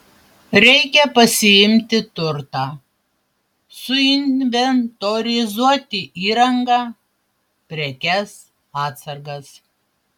reikia pasiimti turtą suinventorizuoti įrangą prekes atsargas